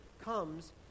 comes